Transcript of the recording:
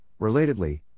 Relatedly